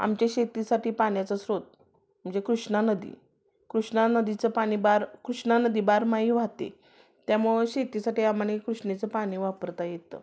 आमच्या शेतीसाठी पाण्याचा स्रोत म्हणजे कृष्णा नदी कृष्णा नदीचं पाणी बार कृष्णा नदी बारमाही वाहते त्यामुळं शेतीसाठी आम्हाला कृष्णेचं पाणी वापरता येतं